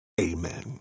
amen